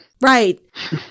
Right